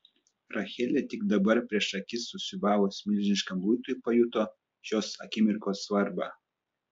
rachelė tik dabar prieš akis susiūbavus milžiniškam luitui pajuto šios akimirkos svarbą